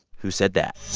who said that?